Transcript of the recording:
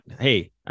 Hey